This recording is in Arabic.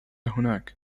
هناك